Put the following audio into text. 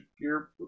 Gear